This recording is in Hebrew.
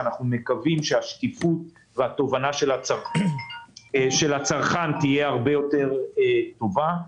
שאנחנו מקווים שהשקיפות והתובנה של הצרכן תהיה הרבה יותר טובה.